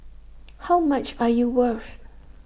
how much are you worth